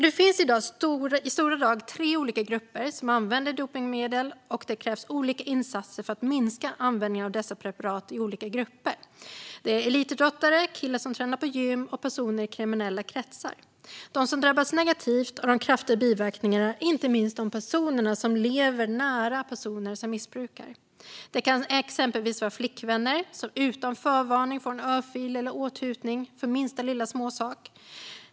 Det finns i stora drag tre olika grupper som använder dopningsmedel, och det krävs olika insatser för att minska användningen av dessa preparat i olika grupper. Det handlar om elitidrottare, om killar som tränar på gym och om personer i kriminella kretsar. De som drabbas negativt av de kraftiga biverkningarna är inte minst de som lever nära de personer som missbrukar. Det kan exempelvis vara flickvänner som utan förvarning får en örfil eller åthutning för minsta lilla småsak.